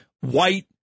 white